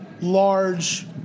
large